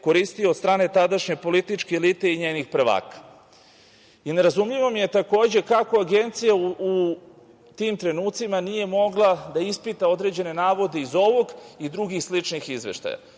koristio od strane tadašnje političke elite i njenih prvaka. Nerazumljivo mi je takođe kako Agencija u tim trenucima nije mogla da ispita određene navode iz ovog i drugih sličnih izveštaja. Dolazim